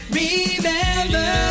remember